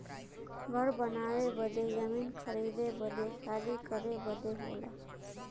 घर बनावे बदे जमीन खरीदे बदे शादी करे बदे होला